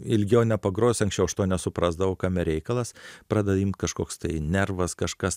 ilgiau nepagrosi anksčiau aš to nesuprasdavau kame reikalas pradeda imt kažkoks tai nervas kažkas